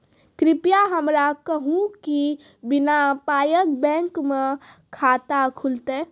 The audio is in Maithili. कृपया हमरा कहू कि बिना पायक बैंक मे खाता खुलतै?